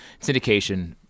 syndication